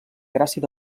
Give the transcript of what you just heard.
gràcia